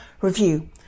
review